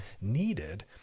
needed